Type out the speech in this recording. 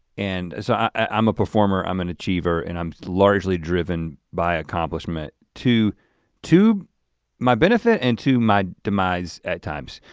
and so i'm a performer, i'm an achiever, and i'm largely driven by accomplishment to to my benefit and to my demise at times.